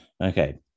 okay